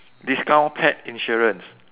discount pet insurance